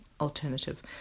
alternative